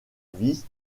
vis